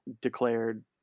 declared